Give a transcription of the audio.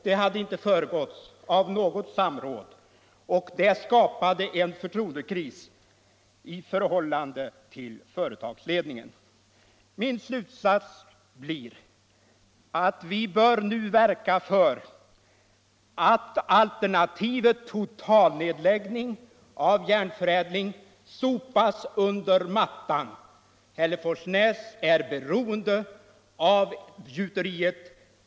Det hade inte föregåtts av något samråd, och det skapade en förtroendekris i förhållande till företagsledningen. Min slutsats blir att vi nu bör verka för att alternativet totalnedläggning av AB Järnförädling sopas under mattan. Hiillcforånäsl är beroende av gjuteriet.